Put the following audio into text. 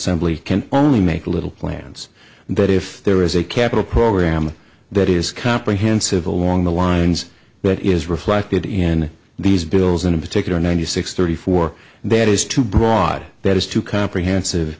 assembly can only make little plans and that if there is a capital program that is comprehensive along the lines that is reflected in these bills in a particular ninety six thirty four that is too broad that is too comprehensive